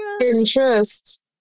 Interest